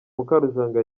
mukarujanga